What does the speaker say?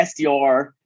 SDR